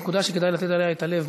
נקודה שכדאי לתת עליה את הלב,